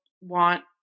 want